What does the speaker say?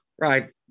Right